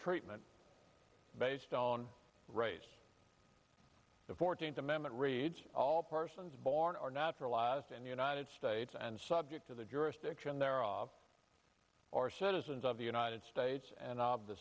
treatment based on race the fourteenth amendment reads all persons born or naturalized in the united states and subject to the jurisdiction thereof are citizens of the united states and of the